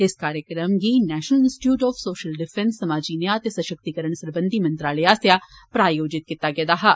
इस कार्यक्रम गी national institute of social defence समाजी न्यां ते सशक्तिकरण सरबंघी मंत्रालय आस्सेआ प्रायोजित कीता गेदा हा